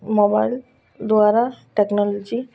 mobile ଦ୍ୱାରା technology